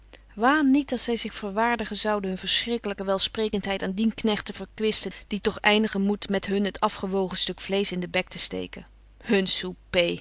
waan niet dat zij zich verwaardigen zouden hun verschrikkelijke welsprekendheid aan dien knecht te verkwisten die toch eindigen moet met hun het afgewogen stuk vleesch in den bek te steken hun souper